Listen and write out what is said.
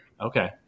Okay